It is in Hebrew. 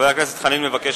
הכנסת חנין מבקש